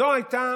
זו הייתה